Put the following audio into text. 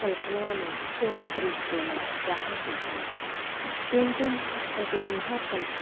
ਕਲਪਨਾ ਨੂੰ ਸੋਹਣੇ ਤਰੀਕੇ ਨਾਲ ਜਾਹਿਰ ਕਰਦੀ ਹਾਂ ਪੇਂਟਿੰਗ ਇੱਕ ਅਜਿਹਾ ਕਲ